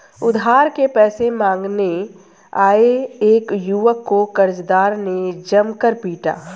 उधार के पैसे मांगने आये एक युवक को कर्जदार ने जमकर पीटा